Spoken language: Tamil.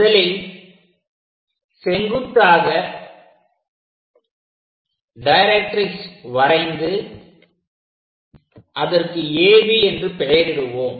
முதலில் செங்குத்தாக டைரக்ட்ரிக்ஸ் வரைந்து அதற்கு AB என்று பெயரிடுவோம்